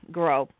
grow